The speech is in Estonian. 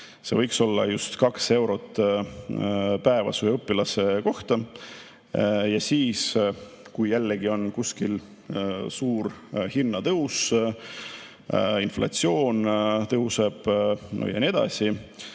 See võiks olla just 2 eurot päevas ühe õpilase kohta. Ja siis, kui jällegi on kuskil suur hinnatõus, inflatsioon tõuseb, kõik